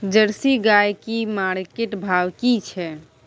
Jersey गाय की market भाव की छै?